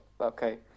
okay